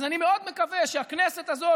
אז אני מאוד מקווה שהכנסת הזאת,